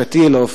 שטילוב,